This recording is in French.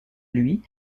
lui